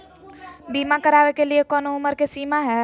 बीमा करावे के लिए कोनो उमर के सीमा है?